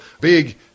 big